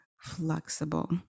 flexible